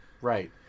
right